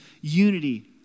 unity